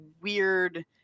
weird